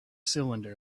cylinder